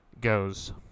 goes